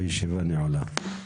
הישיבה נעולה.